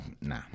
Nah